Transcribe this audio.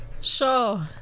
Sure